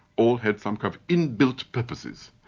all had some kind of inbuilt purposes.